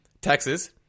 Texas